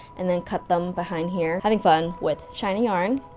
and then cut them behind here. having fun with shiny yarn.